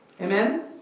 Amen